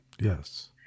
Yes